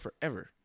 forever